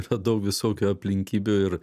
yra daug visokių aplinkybių ir